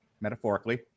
Metaphorically